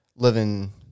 Living